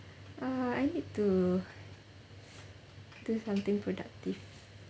ah I need to do something productive